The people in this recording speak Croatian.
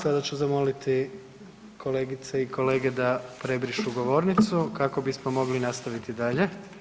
Sada ću zamoliti kolegice i kolege da prebrišu govornicu kako bismo mogli nastaviti dalje.